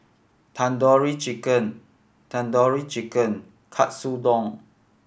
Tandoori Chicken Tandoori Chicken Katsudon